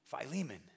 Philemon